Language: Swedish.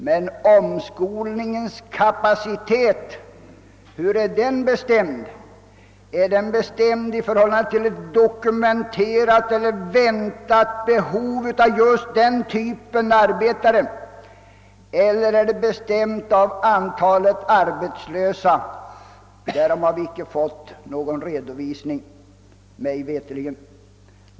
Men hur är omskolningens kapacitet bestämd? Är den bestämd i förhållande till ett dokumenterat eller väntat behov av en viss typ arbetare eller i förhållande till antalet arbetslösa? Därom har vi mig veterligt icke fått någon redovisning.